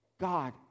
God